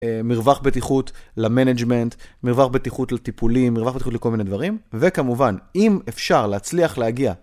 מרווח בטיחות למנג'מנט, מרווח בטיחות לטיפולים, מרווח בטיחות לכל מיני דברים. וכמובן, אם אפשר להצליח להגיע...